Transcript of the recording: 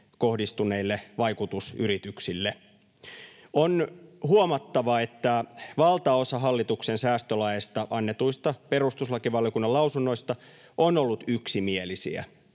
kohdistuneille vaikutusyrityksille. On huomattava, että valtaosa hallituksen säästölaeista annetuista perustuslakivaliokunnan lausunnoista on ollut yksimielisiä